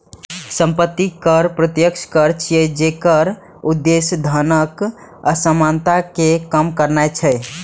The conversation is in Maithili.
संपत्ति कर प्रत्यक्ष कर छियै, जेकर उद्देश्य धनक असमानता कें कम करनाय छै